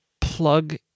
plug